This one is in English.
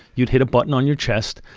you'd hit a button on your chest,